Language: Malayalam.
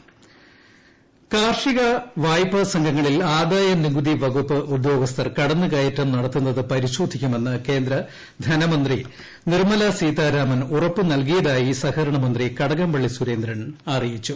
കടകംപള്ളി സുരേന്ദ്രൻ കാർഷിക വായ്പ സംഘങ്ങളിൽ ആദ്യായ്നികുതി വകുപ്പ് ഉദ്യോഗസ്ഥർ കടന്നുകയറ്റം നടത്തുന്നത് പരിശ്രോധിക്കുമെന്ന് കേന്ദ്ര ധനമന്ത്രി നിർമല സീതാരാമൻ ഉറപ്പുനൽകിയിരിായി സഹകരണ മന്ത്രി കടകംപള്ളി സുരേന്ദ്രൻ അറിയിച്ചു